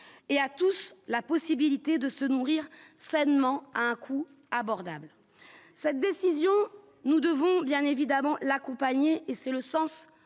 et à tous la possibilité de se nourrir sainement à un coût abordable sa décision : nous devons bien évidemment l'accompagner, et c'est le sens